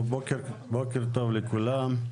בוקר טוב לכולם.